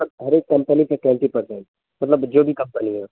مطلب ہر ایک کمپنی کے ٹوینٹی پرسینٹ مطلب جو بھی کمپنی ہو